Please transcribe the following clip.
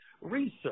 research